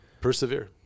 persevere